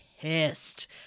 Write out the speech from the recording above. pissed